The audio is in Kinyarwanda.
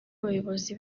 bayobozi